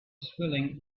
swirling